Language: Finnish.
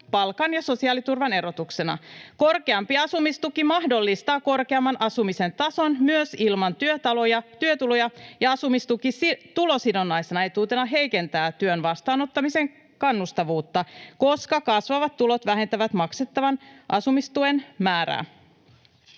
palkan ja sosiaaliturvan erotuksena. Korkeampi asumistuki mahdollistaa korkeamman asumisen tason myös ilman työtuloja, ja asumistuki tulosidonnaisena etuutena heikentää työn vastaanottamisen kannustavuutta, koska kasvavat tulot vähentävät maksettavan asumistuen määrää.